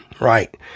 Right